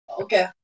Okay